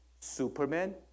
Superman